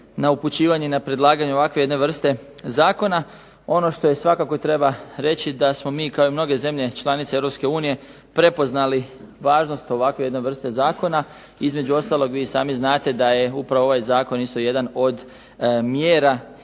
na upućivanje, na predlaganje ovakve jedne vrste zakona. Ono što svakako treba reći da smo mi, kao i mnoge zemlje članice Europske unije, prepoznali važnost ovakve jedne vrste zakona. Između ostalog vi i sami znate da je upravo ovaj zakon isto jedan od mjera